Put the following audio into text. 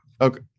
Okay